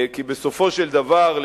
כי בסופו של דבר,